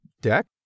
deck